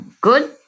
good